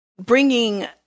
bringing